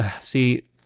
See